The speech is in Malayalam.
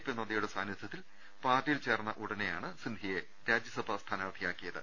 പി നദ്ദയുടെ സാന്നിധൃത്തിൽ പാർട്ടിയിൽ ചേർന്ന ഉടനെയാണ് സിന്ധ്യയെ രാജ്യസഭാ സ്ഥാനാർത്ഥിയാക്കിയത്